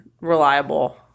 reliable